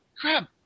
crap